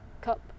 cup